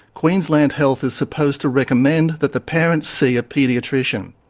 queensland health is supposed to recommend that the parents see a paediatrician.